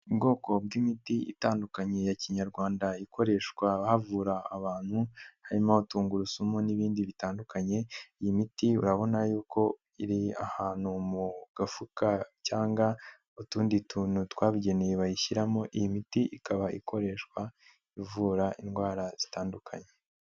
Ubwoko bw'imiti itandukanye ya kinyarwanda ikoreshwa havura abantu harimo tungurusumu n'ibindi bitandukanye, iyi miti urabona yuko iri ahantu mu gafuka cyangwa utundi tuntu twabugeneye bayishyiramo, iyi miti ikaba ikoreshwa ivura indwara zitandukanye.